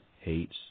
hates